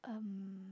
um